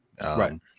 Right